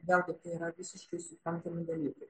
vėlgi tai yra visiškai suprantami dalykai